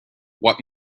what